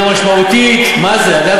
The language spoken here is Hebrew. למידה משמעותית, מה זה?